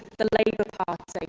the labour party. like